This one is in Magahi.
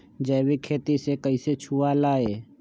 जैविक खेती कैसे हुआ लाई?